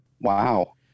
Wow